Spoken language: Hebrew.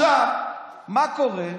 קורה?